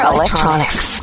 Electronics